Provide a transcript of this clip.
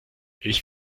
ich